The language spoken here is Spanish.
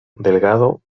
delgado